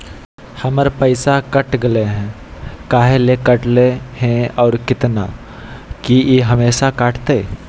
हमर पैसा कट गेलै हैं, काहे ले काटले है और कितना, की ई हमेसा कटतय?